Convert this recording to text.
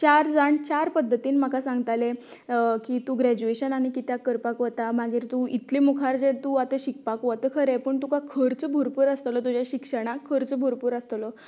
चार जाण चार पद्दतीन म्हाका सांगताले की तूं ग्रेज्युएशन आनीक कित्याक करपाक वता मागीर तूं इतले मुखार जे तूं आता शिकपाक वता खरें पूण खर्च भरपूर आसतलो तुज्या शिक्षणांक खर्च भरपूर आसतलो